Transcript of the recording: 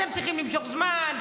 אתם צריכים למשוך זמן,